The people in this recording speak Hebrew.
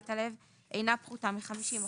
בגפיים התחתונות אינה פחותה מ-30 אחוזים.